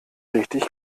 richtig